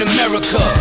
America